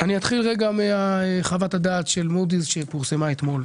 לי אין שום עניין להתנצח עם ממשלה קודמת או עם ממשלות קודמות.